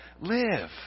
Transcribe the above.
live